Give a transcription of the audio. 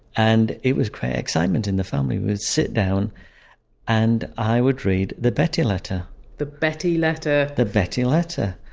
and it was great excitement in the family we would sit down and i would read the betty letter the betty letter the betty letter.